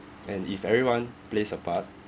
and if everyone plays a part